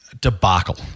debacle